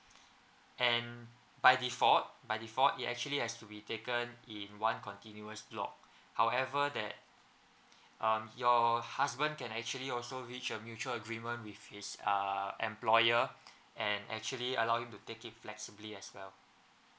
and by default by default it actually has to be taken in one continuous block however that um your husband can actually also reach a mutual agreement with his uh employer and actually allow him to take it flexibly as well